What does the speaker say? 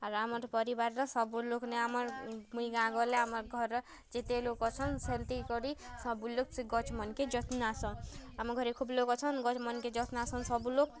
ଆର୍ ଆମର୍ ପରିବାର୍ ର ସବୁଲୋକ୍ ନେ ଆମର୍ ମୁଇଁ ଗାଁ ଗଲେ ଆମର୍ ଘରର୍ ଯେତେ ଲୋକ୍ ଅଛନ୍ ସେମ୍ତି କରି ସବୁଲୋକ୍ ସେ ଗଛ୍ ମାନ୍କେ ଯତ୍ନାସନ୍ ଆମର୍ ଘରେ ଖୋବ୍ ଲୋକ୍ ଅଛନ୍ ଗଛ୍ ମାନ୍କେ ଯତ୍ନାସନ୍ ସବୁଲୋକ୍